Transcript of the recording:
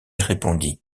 répondit